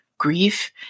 Grief